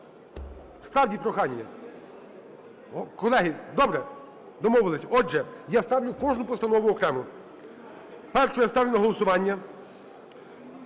Справді, прохання. Колеги, добре, домовились. Отже, я ставлю кожну постанову окремо. Першою я ставлю на голосування